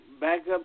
backup